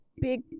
big